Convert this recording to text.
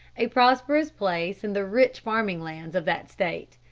a prosperous place in the rich farming-lands of that state.